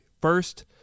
first